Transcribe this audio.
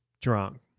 drunk